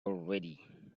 already